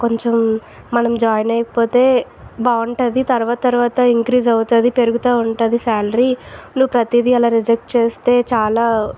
కొంచెం మనం జాయిన్ అయిపోతే బాగుంటుంది తర్వాత తర్వాత ఇంక్రీస్ అవుతుంది పెరుగుతూ ఉంటుంది సాలరీ నువ్వు ప్రతీది అలా రిజెక్ట్ చేస్తే చాలా